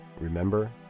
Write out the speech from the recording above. remember